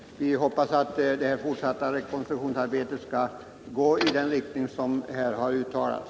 Vi hoppas att det fortsatta rekonstruktionsarbetet skall gå i den riktningen som här har uttalats.